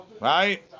Right